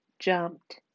jumped